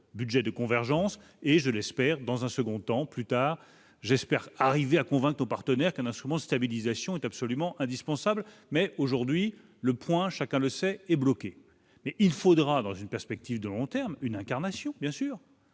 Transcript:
budget de convergence et je l'espère, dans un second temps plus tard j'espère arriver à convaincre partenaire qu'un instrument stabilisation est absolument indispensable, mais aujourd'hui le point, chacun le sait, est bloqué, mais il faudra, dans une perspective de long terme, une incarnation, bien sûr.